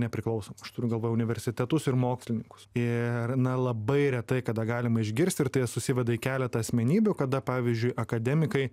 nepriklausoma aš turiu galvoj universitetus ir mokslininkus ir na labai retai kada galima išgirsti ir tai susiveda į keletą asmenybių kada pavyzdžiui akademikai